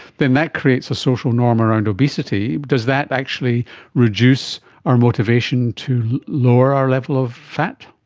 then that creates a social norm around obesity. does that actually reduce our motivation to lower our level of fat?